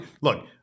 look